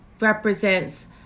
represents